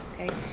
okay